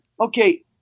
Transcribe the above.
Okay